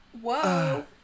Whoa